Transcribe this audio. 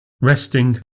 resting